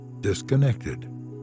disconnected